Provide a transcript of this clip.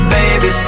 baby